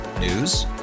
News